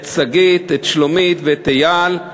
את שגית, את שלומית ואת אייל,